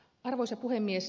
arvoisa puhemies